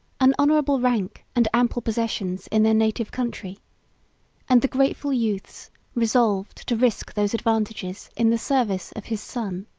an honorable rank and ample possessions in their native country and the grateful youths resolved to risk those advantages in the service of his son.